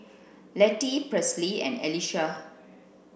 Lettie Presley and Alysha